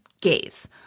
gaze